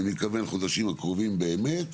אני מתכוון החודשים הקרובים באמת,